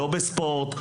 לא בספורט,